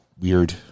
weird